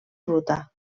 ruta